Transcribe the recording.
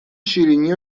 شیرینی